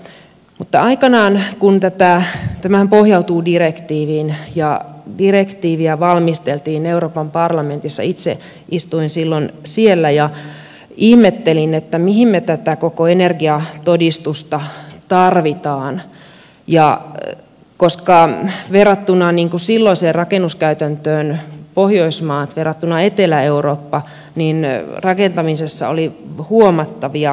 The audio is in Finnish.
aikanaan kun tätä tämähän pohjautuu direktiiviin direktiiviä valmisteltiin euroopan parlamentissa niin istuin itse silloin siellä ja ihmettelin mihin me tätä koko energiatodistusta tarvitsemme koska verrattuna silloiseen rakennuskäytäntöön pohjoismaat verrattuna etelä eurooppaan rakentamisessa oli huomattavia eroja